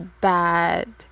bad